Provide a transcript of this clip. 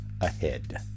ahead